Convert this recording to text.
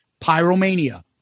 Pyromania